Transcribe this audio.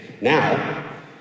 Now